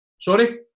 Sorry